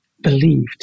believed